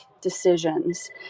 decisions